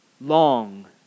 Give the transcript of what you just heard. long